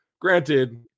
Granted